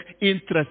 interest